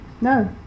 No